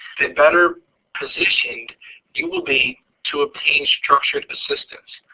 the better positioned you will be to obtain structured assistance.